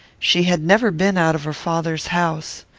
she had never been out of her father's house.